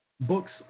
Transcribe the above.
books